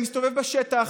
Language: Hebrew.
אני מסתובב בשטח,